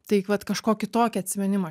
tai vat kažkokį tokį atsiminimą